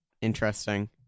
interesting